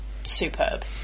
superb